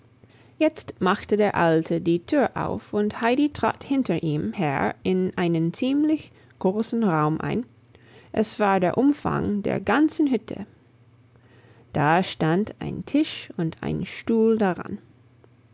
jetzt machte der alte die tür auf und heidi trat hinter ihm her in einen ziemlich großen raum ein es war der umfang der ganzen hütte da stand ein tisch und ein stuhl daran